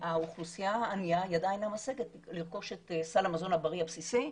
והאוכלוסייה הענייה היא עדיין המשגת לרכוש את סל המזון הבריא הבסיסי.